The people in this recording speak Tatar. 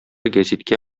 гәзиткә